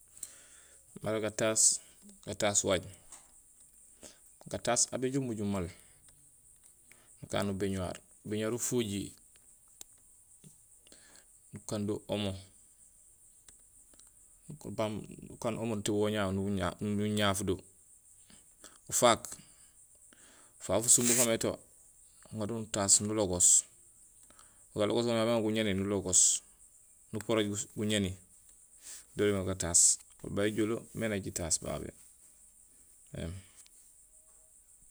Mara gataas gataas waañ, gataas aw béjoow umojul maal, nukaan nubéñuwaar, ubéñuwaar ufojiir, nukando omo nubaŋ nukaan omo nukaan waaŋ wawu nu-ña nuñafudo. Ufaak, fa fusumbo faamé to, nuŋado nutaas nulogos. Galogos go goomé aw béŋaar guñéni nulogos, nuporooj guñéni, do doomé gataas. Ēli babé éjoole mé najitaas babé éém.